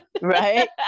right